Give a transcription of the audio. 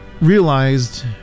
realized